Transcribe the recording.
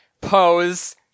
pose